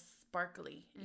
sparkly